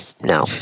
no